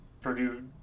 Purdue